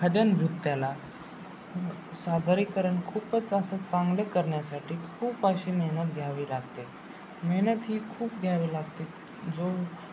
एखाद्या नृत्याला सादरीकरण खूपच असं चांगलं करण्यासाठी खूप अशी मेहनत घ्यावी लागते मेहनत ही खूप घ्यावी लागते जो